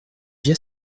via